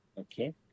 Okay